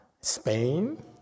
Spain